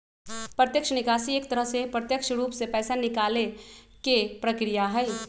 प्रत्यक्ष निकासी एक तरह से प्रत्यक्ष रूप से पैसा निकाले के प्रक्रिया हई